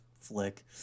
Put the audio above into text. flick